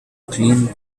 clean